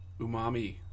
umami